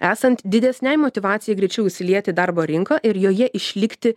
esant didesnei motyvacijai greičiau įsilieti į darbo rinką ir joje išlikti